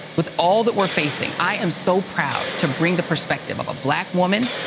with all that we're facing, i am so proud to bring the perspective of a black woman,